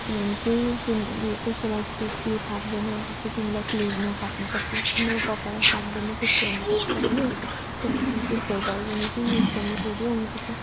किनभने केही केही उयो कसैलाई त्यो के फाप्दैन जस्तो तिमीलाई क्ले नफाप्नु सक्छ जस्तो मलाई पपाया फाप्दैन त्यस्तो हुनु सक्छ होइन अन्तखेरि त्यस्तोहरू भयो भने चाहिँ युज गर्नु छोडिहाल्नु पर्छ